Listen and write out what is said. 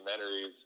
documentaries